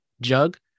jug